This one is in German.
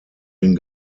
den